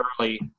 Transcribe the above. early